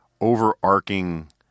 overarching